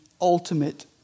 ultimate